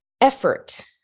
effort